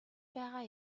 байгаа